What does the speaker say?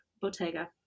Bottega